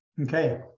Okay